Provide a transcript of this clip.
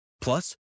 Plus